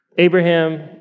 Abraham